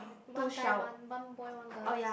one guy one one boy one girl